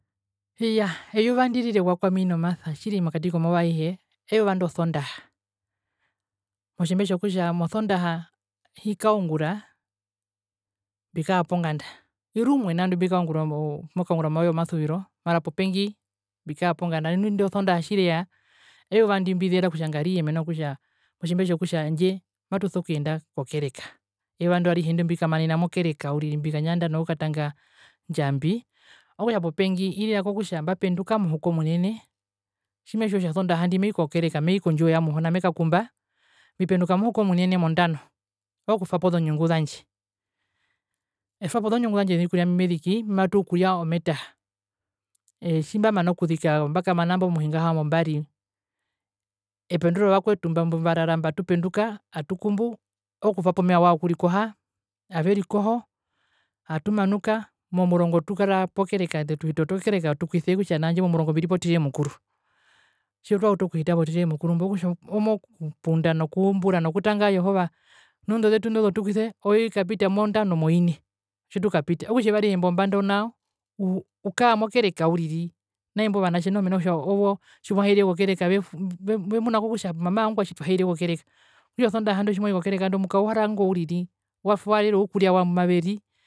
Iyaa eyuva ndirira ewa kwami mokati komauva auhe eyuva ndi osondaha motjimbe tjokutja ami osondaha hikaungura mbikaa ponganda irumwe nao ndimokaungura omauva womasuviro mara popengi mbikaa ponganda nu indo sondaha tjireya euva ndimbizera kutja ngariye motjimbe tjokutja euva ndimatuso kuyenda kokereka eyuva ndo arihe ndo mbikamanena mokereka uriri mbikanyanda nokukatanga ndjambi okutja popengi irira kokutja mbapenduka tjimetjiwa kutja osondaha ndji mei kokereka mei kondjiwo yamuhona mekakumba mbipenduka muhukomenene mondano ookutwapo zonyungu zandje etwapo zonyungu zandje ndumeziki zovikuria mbi matuyekuria ometaha ee tjimbamana mbakamana mbo mohinga yohambombari ependura ovakwetu mba mbarara mba atupenduka atukumbu okutwapo omeva wao wokurikoha averikoho atumanuka momurongo atukara pokereka ete tuhita okereka yotukwise okutja nao handje momurongo mbiri po tiree mukuru tjitwautu okuhita mo tiree mukuru okutja omokupunda no kuumbura nokutanga jehova nu indo zetu ndo zotukwise oyo ikapita mondano mo ine otjitukapita okutja eyuva arihe embomba ndo nao uu ukara mokereka uriri naimbo vanatje noho mena rokutja owo tjimuhaire kokereka vefu vemuna kokutja hapo mama ongwae tjituhaire kokereka okutja osondaha ndo mukauhara ngo uriri watwaerere okuria wao mbumaveri.